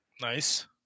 Nice